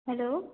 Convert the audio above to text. hello